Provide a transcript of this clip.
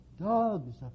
dogs